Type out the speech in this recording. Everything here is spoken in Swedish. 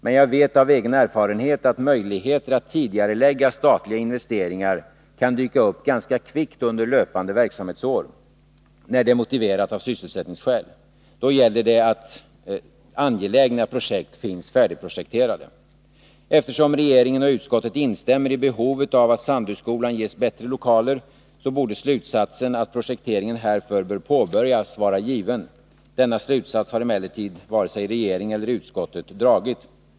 Men jag vet av egen erfarenhet att möjligheter att tidigarelägga statliga investeringar kan dyka upp ganska kvickt under löpande verksamhetsår, när det är motiverat av sysselsättningsskäl. Då gäller det att angelägna projekt finns färdigprojekterade. Eftersom regeringen och utskottet instämmer i behovet av att Sandöskolan ges bättre lokaler, borde slutsatsen att projekteringen härför bör påbörjas vara given. Denna slutsats har emellertid varken regeringen eller utskottet dragit.